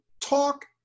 talk